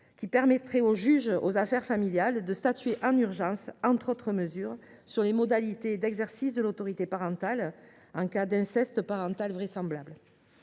permettant au juge aux affaires familiales (JAF) de statuer en urgence, entre autres mesures, sur les modalités d’exercice de l’autorité parentale en cas d’inceste parental vraisemblable.